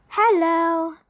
Hello